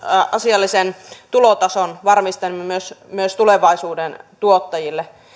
asiallisen tulotason varmistaminen myös myös tulevaisuuden tuottajille